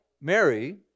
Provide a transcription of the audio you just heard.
Mary